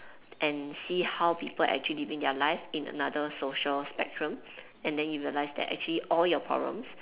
and see how people actually living their life in another social spectrum and then you realise that actually all your problems